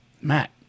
Matt